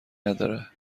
نداره